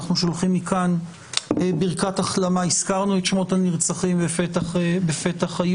אנחנו שולחים מכאן ברכת החלמה הזכרנו את שמות נרצחים בפתח היום